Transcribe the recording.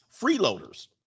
Freeloaders